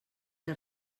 que